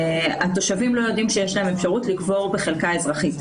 התושבים לא יודעים שיש להם אפשרות לקבור בחלקה אזרחית.